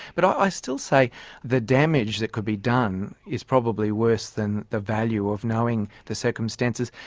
but i still say the damage that could be done is probably worse than the value of knowing the circumstances.